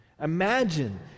Imagine